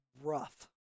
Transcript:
rough